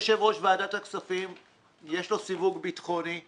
יושב-ראש ועדת הכספים יש לו סיווג ביטחוני.